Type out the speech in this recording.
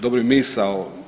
Dobra misao.